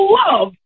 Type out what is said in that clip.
love